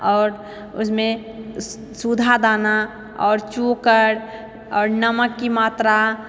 आओर उसमे सुधा दाना आओर चोकर आओर नमककी मात्रा